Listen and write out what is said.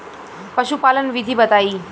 पशुपालन विधि बताई?